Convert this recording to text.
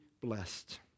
blessed